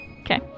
Okay